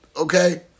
Okay